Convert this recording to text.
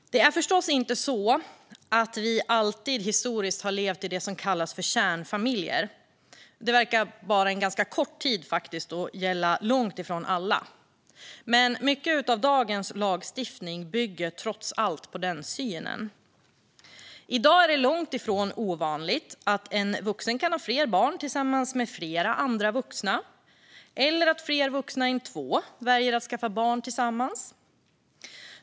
Det är förstås inte så att vi historiskt alltid har levt i det som brukar kallas för kärnfamiljer. Det verkar faktiskt som att det har varit så en ganska kort tid, och det gäller långt ifrån alla. Men mycket av dagens lagstiftning bygger trots allt på den synen. I dag är det långt ifrån ovanligt att en vuxen kan ha flera barn tillsammans med flera andra vuxna eller att fler vuxna än två väljer att skaffa barn tillsammans.